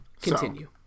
Continue